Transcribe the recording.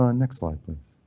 ah next slide, please.